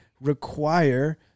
require